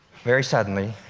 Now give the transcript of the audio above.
very suddenly,